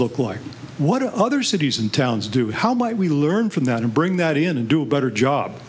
look like what are other cities and towns do how might we learn from that and bring that in and do a better job